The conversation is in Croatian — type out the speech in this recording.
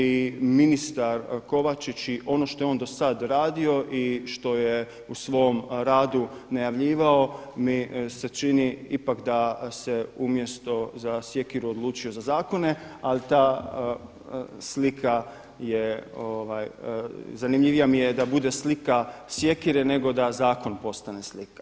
I ministar Kovačić i ono što je on do sada radio i što je u svom radu najavljivao mi se čini ipak da se umjesto za sjekiru odlučio za zakone, ali ta slika je zanimljivija mi je da bude slika sjekire nego da zakon postane slika.